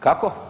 Kako?